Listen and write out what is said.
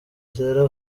zera